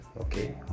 Okay